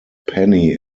penny